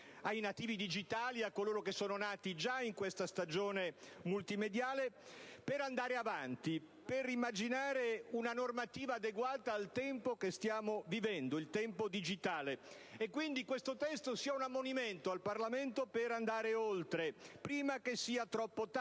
ai nativi digitali, a coloro che sono nati già in questa stagione multimediale, per andare avanti, per immaginare una normativa adeguata al tempo che stiamo vivendo, il tempo digitale. Dunque, che questo testo sia un ammonimento al Parlamento per andare oltre, prima che sia troppo tardi.